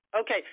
okay